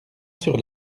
sur